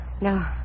no